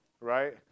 right